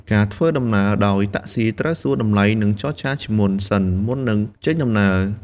ការធ្វើដំណើរដោយតាក់ស៊ីត្រូវសួរតម្លៃនិងចរចាជាមុនសិនមុននឹងចេញដំណើរ។